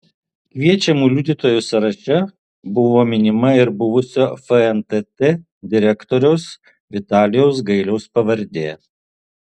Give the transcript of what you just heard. kviečiamų liudytojų sąraše buvo minima ir buvusio fntt direktoriaus vitalijaus gailiaus pavardė